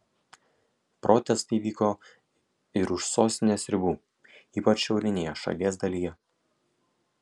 protestai vyko ir už sostinės ribų ypač šiaurinėje šalies dalyje